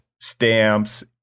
stamps